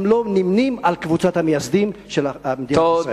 לא נמנים עם קבוצת המייסדים של מדינת ישראל.